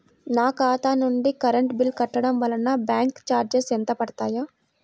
నా ఖాతా నుండి కరెంట్ బిల్ కట్టడం వలన బ్యాంకు చార్జెస్ ఎంత పడతాయా?